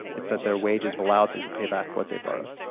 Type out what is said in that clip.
it's that their wages allowed them to pay back what they borrowed.